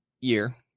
year